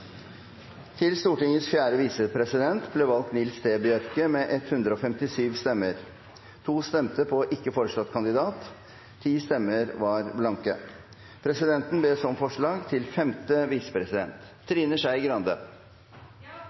Til Stortingets fjerde visepresident ble valgt Nils T. Bjørke med 157 stemmer. For en ikke foreslått kandidat ble det avgitt 2 stemmer. 10 stemmesedler var blanke. Presidenten ber så om forslag til Stortingets femte visepresident